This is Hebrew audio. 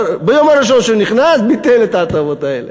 ביום הראשון שהוא נכנס ביטל את ההטבות האלה.